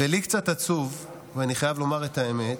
ולי קצת עצוב, ואני חייב לומר את האמת,